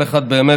כל אחד באמת